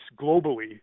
globally